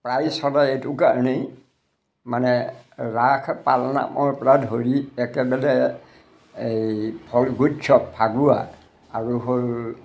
প্ৰায় চলে এইটো কাৰণেই মানে ৰাস পালনামৰ পৰা ধৰি একেবাৰে এই ফল্গোৎসৱ ফাগুৱা আৰু হ'ল